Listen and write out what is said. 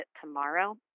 Tomorrow